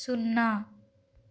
సున్నా